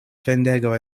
fendego